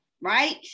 right